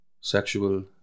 sexual